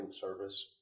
Service